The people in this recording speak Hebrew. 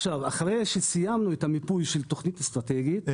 אחרי שסיימנו את המיפוי של תכנית אסטרטגית,